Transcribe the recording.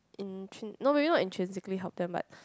intrin~ no maybe not intrinsically help them but